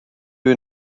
you